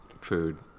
food